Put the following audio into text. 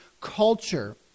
culture